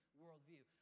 worldview